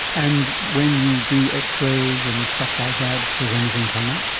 and when you do x-rays and stuff like that, does anything turn up?